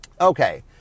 Okay